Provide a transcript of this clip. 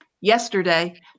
Yesterday